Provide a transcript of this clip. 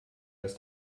ist